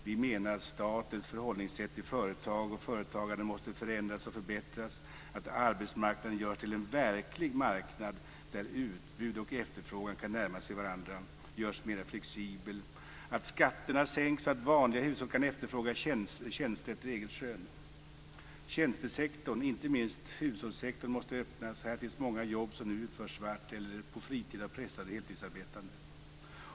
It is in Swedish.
Vi menar att statens förhållningssätt till företag och företagande måste förändras och förbättras, att arbetsmarknaden görs till en verklig marknad där utbud och efterfrågan kan närma sig varandra, görs mer flexibel, att skatterna sänks så att vanliga hushåll kan efterfråga tjänster efter eget skön. Tjänstesektorn, inte minst hushållssektorn, måste öppnas. Här finns många jobb som nu utförs svart eller på fritid av pressade heltidsarbetande.